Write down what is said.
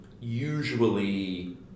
usually